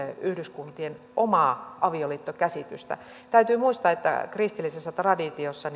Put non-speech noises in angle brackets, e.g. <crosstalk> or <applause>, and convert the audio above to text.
yhdyskuntien omaa avioliittokäsitystä täytyy muistaa että kristillisessä traditiossa <unintelligible>